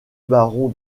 baron